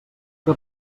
que